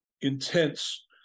intense